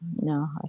No